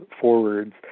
forwards